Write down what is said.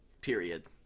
period